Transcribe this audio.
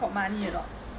got money or not